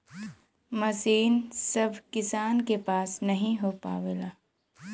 मसीन सभ किसान के पास नही हो पावेला